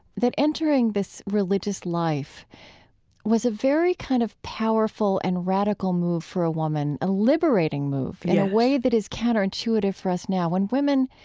that entering this religious life was a very kind of powerful and radical move for a woman, a liberating move in a way that is counterintuitive for us now. when women